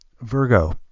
Virgo